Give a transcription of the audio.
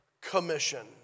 commission